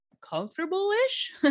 comfortable-ish